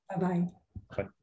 Bye-bye